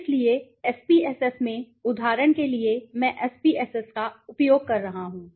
इसलिए SPSS में उदाहरण के लिए मैं SPSS का उपयोग कर रहा हूं